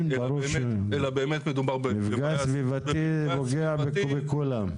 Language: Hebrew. מפגע סביבתי פוגע בכולם.